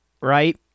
Right